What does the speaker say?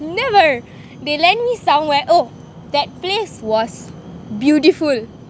naver they land me somewhere oh that place was beautiful